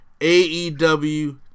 AEW